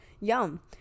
yum